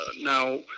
now